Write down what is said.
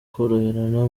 koroherana